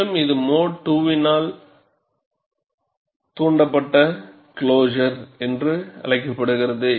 மேலும் இது mode II வினால் தூண்டப்பட்ட க்ளோஸர் என்று அழைக்கப்படுகிறது